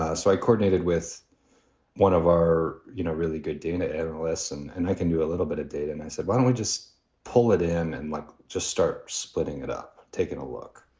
ah so i coordinated with one of our you know really good duna analysts, and and i can do a little bit of data. and i said, why don't we just pull it in and like just start splitting it up? take a look.